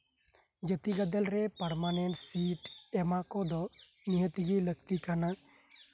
ᱡᱟᱛᱤ ᱜᱟᱫᱮᱞ ᱨᱮ ᱯᱟᱨᱢᱟᱱᱮᱱᱴ ᱥᱤᱴ ᱮᱢᱟ ᱠᱚᱫᱚ ᱱᱤᱦᱟᱹᱛ ᱜᱮ ᱞᱟᱹᱠᱛᱤ ᱠᱟᱱᱟ